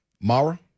Mara